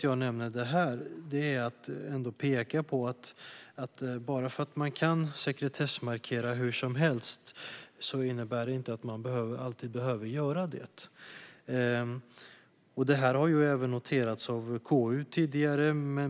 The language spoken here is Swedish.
Jag nämner detta eftersom jag vill peka på att man inte alltid behöver sekretessmarkera hur som helst bara för att man kan göra det. KU har noterat detta tidigare.